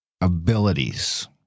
abilities